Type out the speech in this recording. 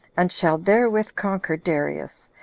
and shall therewith conquer darius,